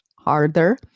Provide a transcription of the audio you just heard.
harder